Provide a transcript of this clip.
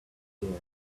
scared